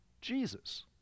Jesus